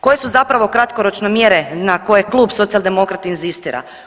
Koje su zapravo kratkoročne mjere na koje Klub Socijaldemokrata inzistira?